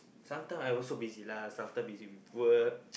sometime I also busy lah sometime busy with work